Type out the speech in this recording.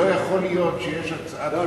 לא יכול להיות שיש הצעת חוק,